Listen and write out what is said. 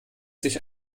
sich